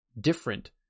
different